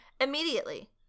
immediately